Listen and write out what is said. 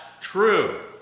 true